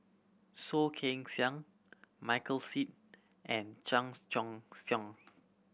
Soh Kay Siang Michael Seet and Chan Choy Siong